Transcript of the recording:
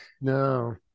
no